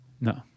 No